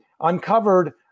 uncovered